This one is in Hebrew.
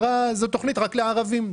זאת תוכנית רק לערבים,